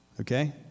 okay